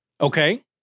Okay